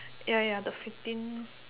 ya ya the fifteen